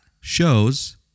shows